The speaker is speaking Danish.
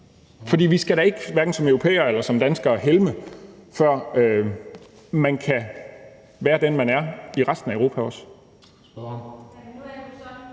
for vi skal da ikke helme hverken som europæere eller som danskere, før man kan være den, man er, også i resten af Europa.